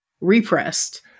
repressed